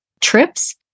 trips